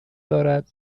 دارد